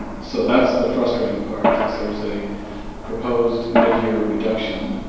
so that's the frustrating part is there's a proposed midyear reduction.